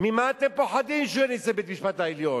ממה אתם פוחדים שהוא יכניס לבית-המשפט העליון?